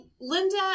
Linda